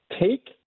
take